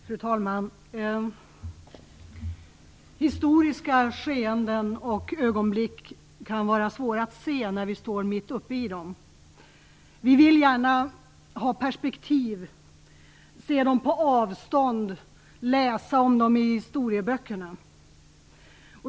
Fru talman! Historiska skeenden och ögonblick kan vara svåra att se när vi står mitt uppe i dem. Vi vill gärna ha perspektiv, se dem på avstånd och läsa om dem i historieböckerna.